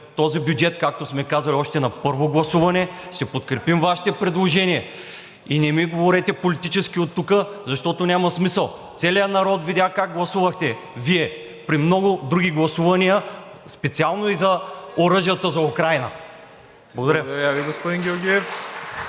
този бюджет, както сме казали, още на първо гласуване, ще подкрепим Вашите предложения. И не ми говорете политически оттук, защото няма смисъл. Целият народ видя как гласувахте Вие при много други гласувания, специално и за оръжията за Украйна. Благодаря. (Ръкопляскания